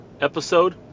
episode